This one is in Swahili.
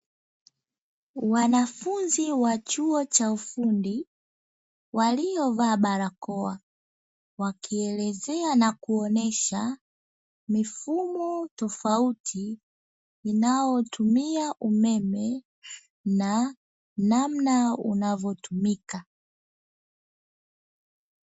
Wanafunzi wa chuo cha ufundi waliovaa barakoa wakielezea na kuonyesha mifumo tofauti inayotumia umeme na namna unavotumika.